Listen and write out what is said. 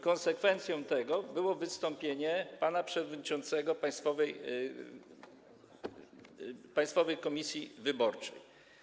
Konsekwencją tego było wystąpienie pana przewodniczącego Państwowej Komisji Wyborczej.